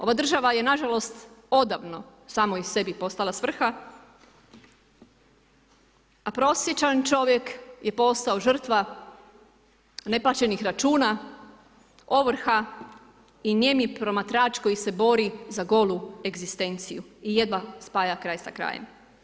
Ova država je nažalost odavno samoj sebi postala svrha, a prosječan čovjek je postao žrtva neplaćenih računa, ovrha i nijemi promatrač koji se bori za golu egzistenciju i jedva spaja kraj sa krajem.